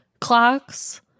clocks